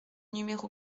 numéro